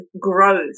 growth